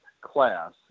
class